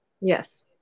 Yes